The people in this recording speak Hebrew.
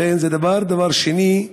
דבר שני,